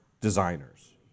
designers